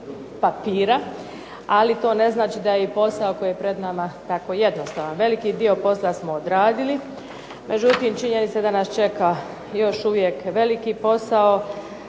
papira, ali to ne znači da je posao koji je pred nama jednostavan. Veliki dio posla smo odradili, međutim, činjenica je da nas čeka još uvijek veliki posao,